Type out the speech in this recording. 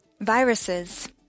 Viruses